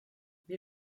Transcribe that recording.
wir